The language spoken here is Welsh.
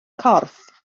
corff